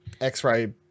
x-ray